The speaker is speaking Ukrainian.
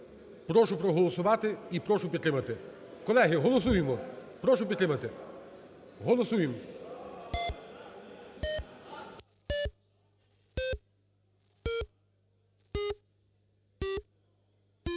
Прошу проголосувати і прошу підтримати. Колеги, голосуємо, прошу підтримати, голосуємо.